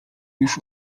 już